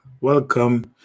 Welcome